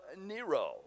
Nero